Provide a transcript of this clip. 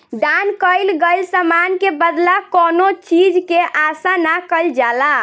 दान कईल गईल समान के बदला कौनो चीज के आसा ना कईल जाला